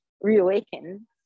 reawaken